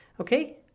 Okay